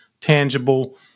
tangible